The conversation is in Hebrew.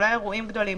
אולי באירועים גדולים,